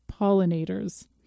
pollinators